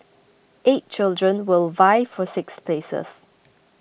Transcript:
eight children will vie for six places